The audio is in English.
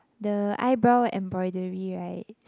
the eyebrow embroidery right